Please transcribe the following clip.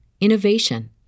innovation